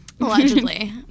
Allegedly